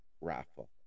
raffle